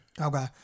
Okay